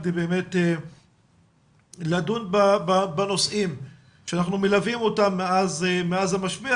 כדי לדון בנושאים שאנחנו מלווים אותם מאז המשבר,